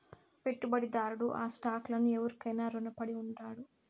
పెట్టుబడిదారుడు ఆ స్టాక్ లను ఎవురికైనా రునపడి ఉండాడు